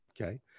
okay